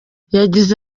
yagize